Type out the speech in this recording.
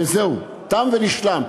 וזהו, תם ונשלם.